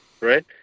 right